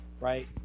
right